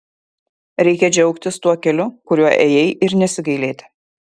reikia džiaugtis tuo keliu kuriuo ėjai ir nesigailėti